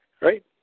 Right